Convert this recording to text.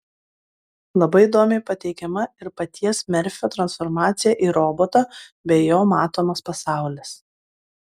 labai įdomiai pateikiama ir paties merfio transformacija į robotą bei jo matomas pasaulis